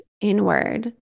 inward